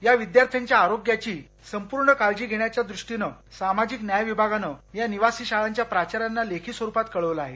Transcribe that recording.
या विद्यार्थ्यांच्या आरोग्याची संपूर्ण काळजी घेण्याच्या दृष्टीनं सामाजिक न्याय विभागानं या निवासी शाळांच्या प्राचार्यांना लेखी स्वरुपात कळवलं आहे